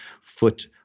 foot